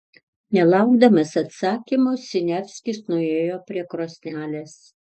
nelaukdamas atsakymo siniavskis nuėjo prie krosnelės